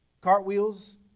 cartwheels